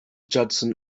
judson